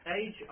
age